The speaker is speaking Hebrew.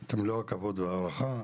את מלוא הכבוד וההערכה.